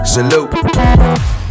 Salute